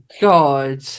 God